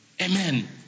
Amen